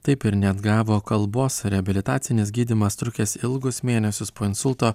taip ir neatgavo kalbos reabilitacinis gydymas trukęs ilgus mėnesius po insulto